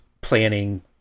planning